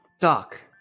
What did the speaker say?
Doc